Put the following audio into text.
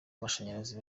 amashanyarazi